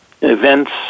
events